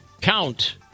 count